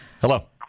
Hello